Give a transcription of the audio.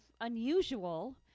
unusual